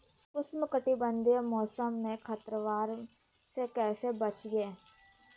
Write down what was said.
उष्णकटिबंधीय मौसम में खरपतवार से कैसे बचिये?